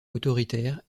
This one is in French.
autoritaire